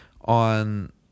on